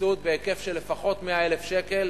וסבסוד בהיקף של לפחות 100,000 שקל.